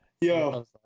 Yo